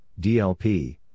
DLP